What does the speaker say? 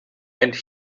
and